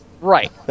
Right